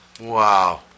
Wow